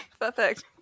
Perfect